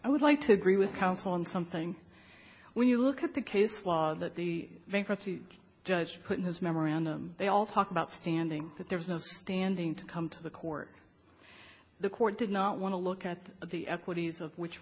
i would like to agree with counsel on something when you look at the case law that the bankruptcy judge put in his memorandum they all talk about standing that there is no standing to come to the court the court did not want to look at the equities of which